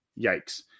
yikes